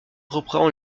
reprend